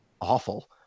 awful